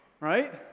right